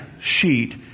sheet